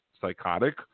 psychotic